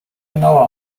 genauer